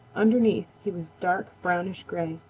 underneath he was dark brownish-gray.